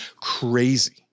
crazy